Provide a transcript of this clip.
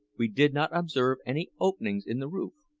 we did not observe any openings in the roof,